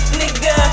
nigga